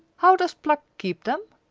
how does pluck keep them?